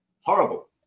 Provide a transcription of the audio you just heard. horrible